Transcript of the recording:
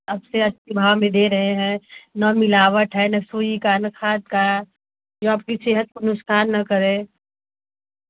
आपसे अच्छे भाव में दे रहे हैं न मिलावट है न सुई का न खाद का जो आपकी सेहत को नुसकान न करे